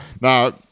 now